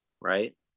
right